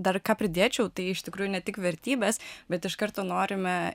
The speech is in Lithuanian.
dar ką pridėčiau tai iš tikrųjų ne tik vertybes bet iš karto norime